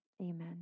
Amen